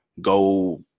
go